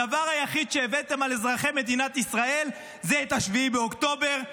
הדבר היחיד שהבאתם על אזרחי מדינת ישראל זה את 7 באוקטובר,